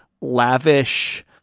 lavish